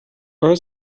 her